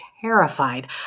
terrified